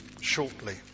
shortly